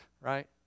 right